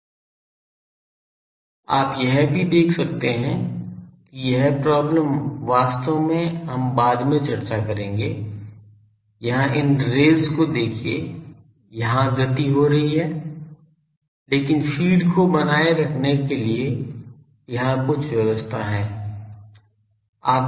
आप यह भी देख सकते हैं कि यह प्रॉब्लम वास्तव में हम बाद में चर्चा करेंगे यहाँ इन रेज़ को देखिये यहाँ गति हो रही है लेकिन फ़ीड को बनाए रखने के लिए यहाँ कुछ व्यवस्था है